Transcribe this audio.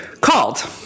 called